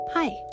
Hi